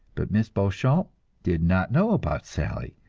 but miss beauchamp did not know about sally.